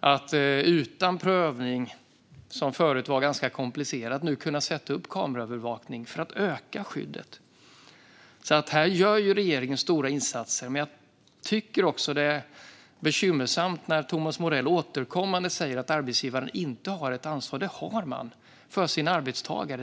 att utan den prövning som förut var ganska komplicerad sätta upp kameraövervakning för att öka skyddet. Här gör alltså regeringen stora insatser. Men jag tycker att det är bekymmersamt när Thomas Morell återkommande säger att arbetsgivaren inte har ett ansvar för sin arbetstagare. Det har man.